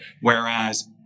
whereas